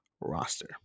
roster